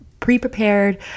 pre-prepared